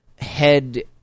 head